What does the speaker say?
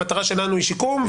המטרה שלנו היא שיקום,